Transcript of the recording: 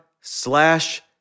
slash